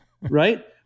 Right